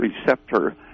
receptor